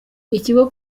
ikigo